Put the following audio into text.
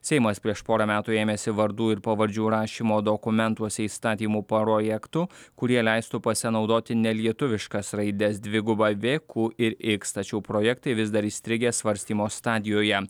seimas prieš porą metų ėmėsi vardų ir pavardžių rašymo dokumentuose įstatymų parojektų kurie leistų pasinaudoti nelietuviškas raides dviguba v ku ir iks tačiau projektai vis dar įstrigę svarstymo stadijoje